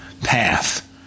path